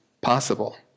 possible